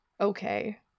okay